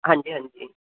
ਹਾਂਜੀ ਹਾਂਜੀ